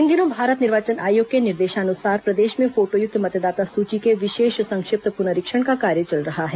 इन दिनों भारत निर्वाचन आयोग के निर्देशानुसार प्रदेश में फोटोयुक्त मतदाता सूची के विशेष संक्षिप्त पुनरीक्षण का कार्य चल रहा है